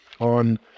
on